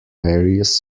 various